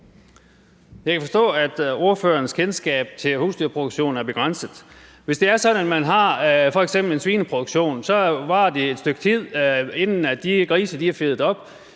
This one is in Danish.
Jeg kan forstå, at ordførerens kendskab til husdyrproduktion er begrænset. Hvis det f.eks. er sådan, at man har en svineproduktion, varer det jo et stykke tid, inden de grise er fedet op,